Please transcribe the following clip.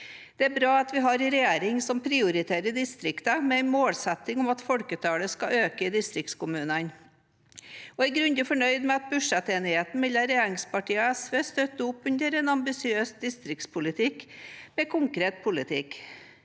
Det er bra at vi har en regjering som prioriterer distriktene med en målsetting om at folketallet skal øke i distriktskommunene. Jeg er grundig fornøyd med at budsjettenigheten mellom regjeringspartiene og SV støtter opp under en ambisiøs distriktspolitikk med konkret politikk.